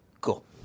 Cool